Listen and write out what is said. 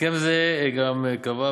בהסכם זה גם נקבע,